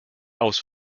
aus